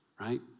right